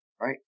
Right